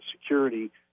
security